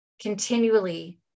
continually